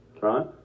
Right